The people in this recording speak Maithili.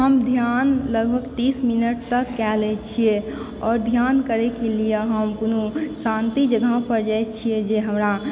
हम ध्यान लगभग तीस मिनट तक कय लै छियै आओर ध्यान करै के लिय हम कोनो शान्ति जगह पर जाइ छियै जे हमरा